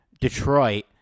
Detroit